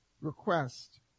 request